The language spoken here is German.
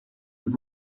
und